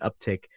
uptick